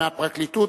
מהפרקליטות,